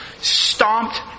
stomped